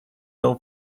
ill